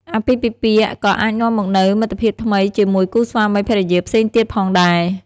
អាពាហ៍ពិពាហ៍ក៏អាចនាំមកនូវមិត្តភាពថ្មីជាមួយគូស្វាមីភរិយាផ្សេងទៀតផងដែរ។